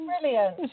brilliant